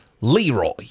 Leroy